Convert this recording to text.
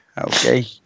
okay